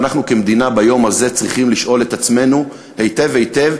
ואנחנו כמדינה ביום הזה צריכים לשאול את עצמנו היטב היטב